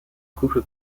couple